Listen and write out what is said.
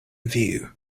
view